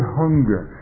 hunger